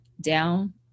down